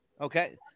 Okay